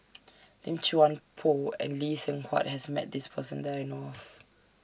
Lim Chuan Poh and Lee Seng Huat has Met This Person that I know of